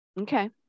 Okay